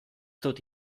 dut